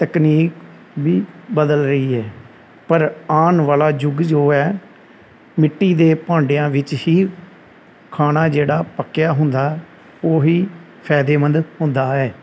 ਤਕਨੀਕ ਵੀ ਬਦਲ ਰਹੀ ਹੈ ਪਰ ਆਉਣ ਵਾਲਾ ਯੁੱਗ ਜੋ ਹੈ ਮਿੱਟੀ ਦੇ ਭਾਂਡਿਆਂ ਵਿੱਚ ਹੀ ਖਾਣਾ ਜਿਹੜਾ ਪੱਕਿਆ ਹੁੰਦਾ ਉਹ ਹੀ ਫਾਇਦੇਮੰਦ ਹੁੰਦਾ ਹੈ